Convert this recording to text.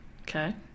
Okay